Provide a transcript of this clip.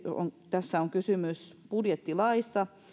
tässä on kysymys budjettilaista